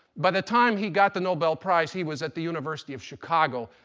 by the time he got the nobel prize he was at the university of chicago,